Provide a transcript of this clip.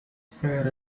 fair